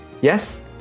Yes